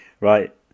Right